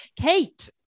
Kate